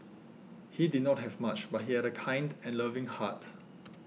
he did not have much but he had a kind and loving heart